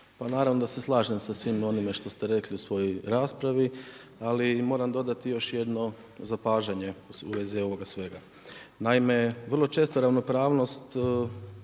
naravno da se slažem sa svim onime što ste rekli u svojoj raspravi, ali moram dodati još jedno zapažanje u vezi ovoga svega. Naime, vrlo često ravnopravnost